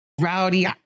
rowdy